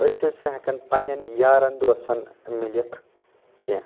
أسۍ ٲسۍ نہٕ ہٮ۪کان پنٕنٮ۪ن یارن دوستن مِلِتھ کینٛہہ